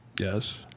Yes